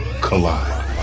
collide